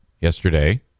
yesterday